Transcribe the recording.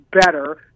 better